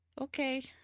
Okay